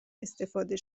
استفاده